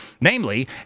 namely